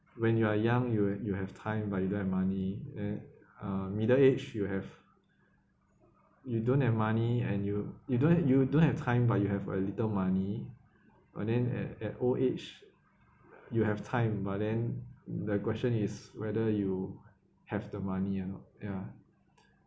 when you are young you you have time but you don't have money eh uh middle age you have you don't have money and you you don't you don't have time but you have a little money but then at at old age you have time but then the question is whether you have the money or not ya